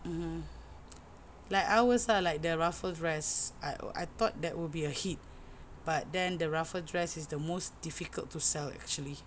mmhmm like ours ah like the ruffle dress I thought that would be a hit but then the ruffle dress is the most difficult to sell actually